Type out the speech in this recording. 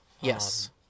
Yes